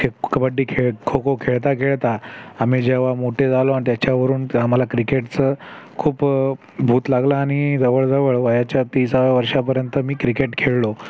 cake kabaddi खेळ खोखो खेळता खेळता आम्ही जेव्हा मोठे झालो आणि त्याच्यावरून तर आम्हाला क्रिकेटचं खूप भूत लागलं आणि जवळजवळ वयाच्या तिसाव्या वर्षापर्यंत मी क्रिकेट खेळलो